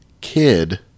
Kid